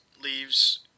leaves